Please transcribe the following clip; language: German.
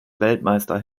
weltmeister